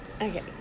Okay